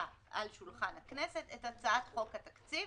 על שולחן הכנסת את הצעת חוק התקציב,